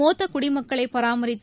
மூத்த குடிமக்களை பராமரித்து